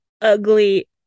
ugly